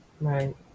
Right